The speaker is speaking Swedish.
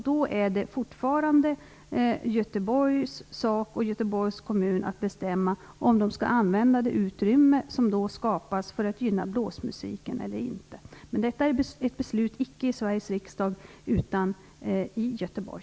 Då är det fortfarande Göteborgs kommuns sak att bestämma om de skall använda det utrymme som då skapas för att gynna blåsmusiken eller inte. Detta är icke ett beslut för Sveriges riksdag utan för Göteborg.